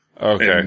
Okay